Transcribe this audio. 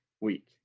week